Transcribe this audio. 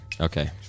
Okay